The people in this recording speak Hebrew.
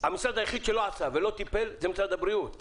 המשרד היחיד שלא עשה ולא טיפל, זה משרד הבריאות.